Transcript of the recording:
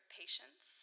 patience